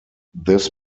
this